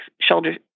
shoulder